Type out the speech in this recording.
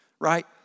Right